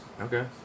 Okay